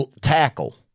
tackle